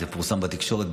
זה פורסם בתקשורת,